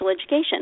Education